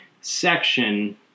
section